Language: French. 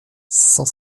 cent